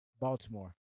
Baltimore